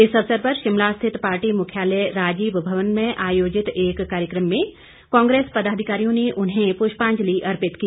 इस अवसर पर शिमला स्थित पार्टी मुख्यालय राजीव भवन में आयोजित एक कार्यक्रम में कांग्रेस पदाधिकारियों ने उन्हें पुष्पांजलि अर्पित की